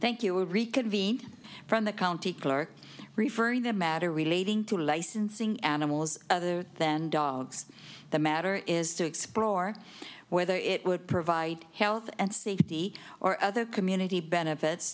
reconvene from the county clerk referring the matter relating to licensing animals other than dogs the matter is to explore whether it would provide health and safety or other community benefits